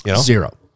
Zero